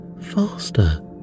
faster